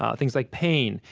ah things like pain,